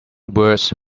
words